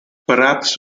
perhaps